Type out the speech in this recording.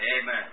Amen